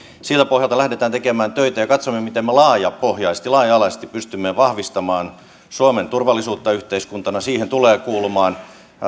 siltä pohjalta lähdetään tekemään töitä ja katsomme miten me laajapohjaisesti laaja alaisesti pystymme vahvistamaan suomen turvallisuutta yhteiskuntana siihen tulee kuulumaan